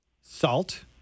salt